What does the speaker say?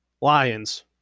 Lions